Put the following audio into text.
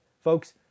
Folks